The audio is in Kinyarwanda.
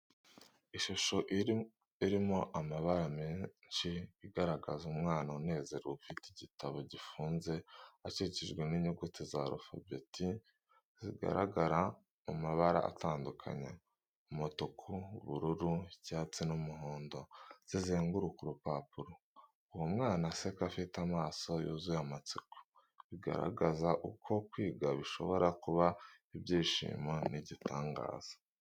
Ishusho irimo amabara menshi igaragaza umwana unezerewe ufite igitabo gifunze, akikijwe n’inyuguti za arufabeti zigaragara mu mabara atandukanye: umutuku, ubururu, icyatsi n’umuhondo zizenguruka urupapuro. Uwo mwana aseka, afite amaso yuzuye amatsiko, bigaragaza uko kwiga bishobora kuba ibyishimo n’igitangaza.